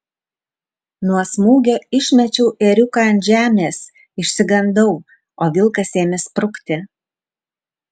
nuo smūgio išmečiau ėriuką ant žemės išsigandau o vilkas ėmė sprukti